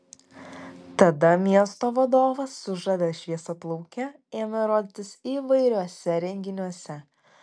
tada miesto vadovas su žavia šviesiaplauke ėmė rodytis įvairiuose renginiuose